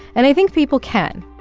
and i think people can